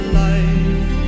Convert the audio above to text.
life